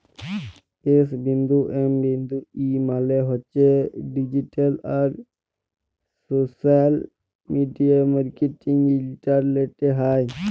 S বিন্দু M বিন্দু E মালে হছে ডিজিট্যাল আর সশ্যাল মিডিয়া মার্কেটিং ইলটারলেটে হ্যয়